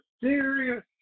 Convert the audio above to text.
serious